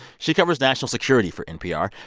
she covers national security for npr,